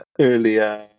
earlier